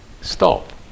stop